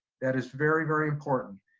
that is very, very important.